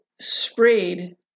sprayed